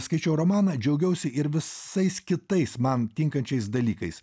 skaičiau romaną džiaugiausi ir visais kitais man tinkančiais dalykais